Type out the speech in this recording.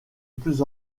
plus